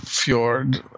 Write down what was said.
fjord